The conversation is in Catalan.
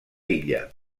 illa